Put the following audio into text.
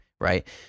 right